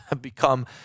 become